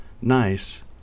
nice